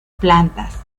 plantas